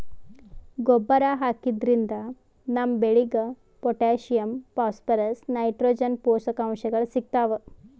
ಗೊಬ್ಬರ್ ಹಾಕಿದ್ರಿನ್ದ ನಮ್ ಬೆಳಿಗ್ ಪೊಟ್ಟ್ಯಾಷಿಯಂ ಫಾಸ್ಫರಸ್ ನೈಟ್ರೋಜನ್ ಪೋಷಕಾಂಶಗಳ್ ಸಿಗ್ತಾವ್